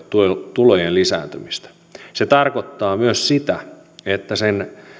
tulojen lisääntymistä se tarkoittaa myös sitä että sen